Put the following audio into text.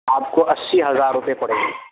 آپ کو اسی ہزار روپئے پڑے گی